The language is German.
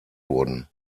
wurden